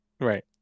Right